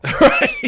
Right